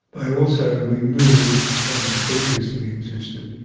they also removed what had previously existed,